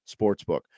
sportsbook